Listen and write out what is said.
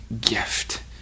gift